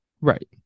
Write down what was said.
Right